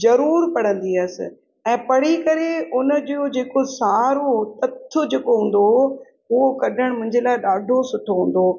जरूर पढ़ंदी हुअसि ऐं पढ़ी करे उन जूं जेको सारु हो जेको हूंदो हो हूअ कॾहिं मुंहिंजे लाइ ॾाढो सुठो हूंदो